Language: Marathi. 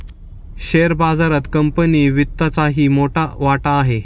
शेअर बाजारात कंपनी वित्तचाही मोठा वाटा आहे